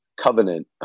covenant